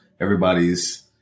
everybody's